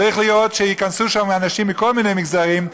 צריך שייכנסו לשם אנשים מכל מיני מגזרים,